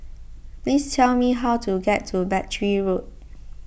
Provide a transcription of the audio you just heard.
please tell me how to get to Battery Road